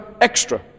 extra